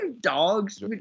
Dogs